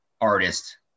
artist